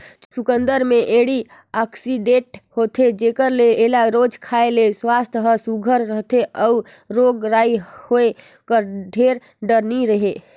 चुकंदर में एंटीआक्सीडेंट होथे जेकर ले एला रोज खाए ले सुवास्थ हर सुग्घर रहथे अउ रोग राई होए कर ढेर डर नी रहें